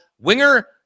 winger